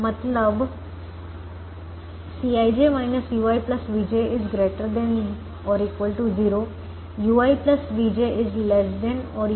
मतलब Cij ui vj ≥ 0 ui vj ≤ Cij